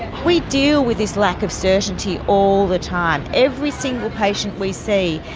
we deal with this lack of certainty all the time. every single patient we see,